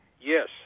Yes